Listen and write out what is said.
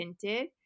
tinted